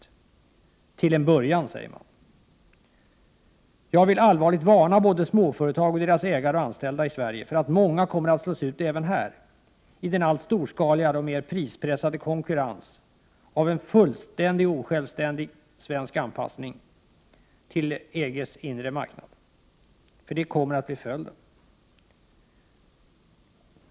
Till en början, säger man. Jag vill allvarligt varna både småföretag och deras ägare och anställda i Sverige för att många kommer att slås ut även här i en alltmer storskalig och prispressad konkurrens vid en fullständig och osjälvständig svensk anpassning till EG:s inre marknad. Det kommer nämligen att bli följden.